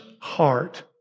heart